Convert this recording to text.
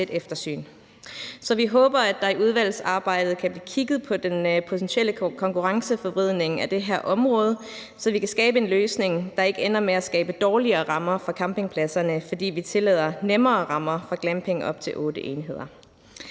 vi håber, at der i udvalgsarbejdet kan blive kigget på den potentielle konkurrenceforvridning af det her område, så vi kan skabe en løsning, der ikke ender med at skabe dårligere rammer for campingpladserne, fordi vi tillader nemmere rammer for glamping op til otte enheder.